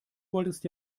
wolltest